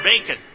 Bacon